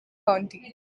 county